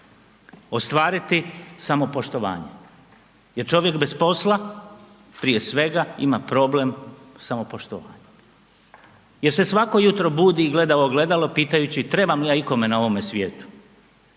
ostvariti samopoštovanje jer čovjek bez posla prije svega ima problem samopoštovanja jer se svako jutro budi i gleda u ogledalu pitajući trebam li ja ikome na ovom svijetu?